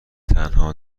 تنها